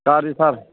गाज्रिथार